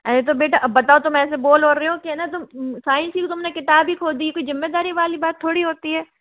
अरे तो बेटा अब बताओ तुम ऐसे बोल और रहे हो ना कि तुम साइंस की तुमने किताब ही खो दी ये कोई जिम्मेदारी वाली बात थोड़ी होती है